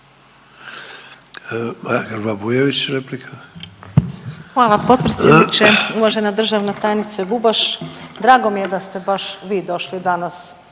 Hvala potpredsjedniče. Uvažena državna tajnice Bubaš, drago mi je da ste baš vi došli danas